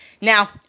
Now